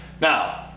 Now